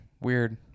weird